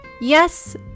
yes